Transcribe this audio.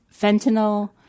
fentanyl